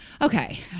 okay